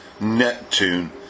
Neptune